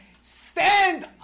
Stand